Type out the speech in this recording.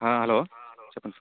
ఆ హలో చెప్పండి సార్